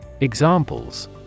Examples